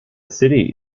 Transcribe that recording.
city